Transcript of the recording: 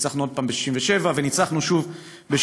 ניצחנו עוד פעם ב-67' וניצחנו שוב ב-73'.